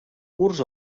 curts